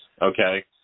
okay